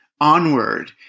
onward